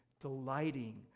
delighting